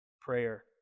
prayer